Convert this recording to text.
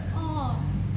orh